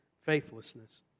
faithlessness